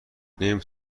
نمی